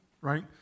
right